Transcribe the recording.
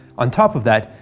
on top of that,